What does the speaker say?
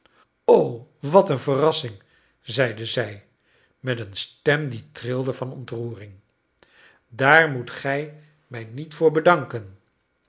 o wat een verrassing zeide zij met een stem die trilde van ontroering daar moet gij mij niet voor bedanken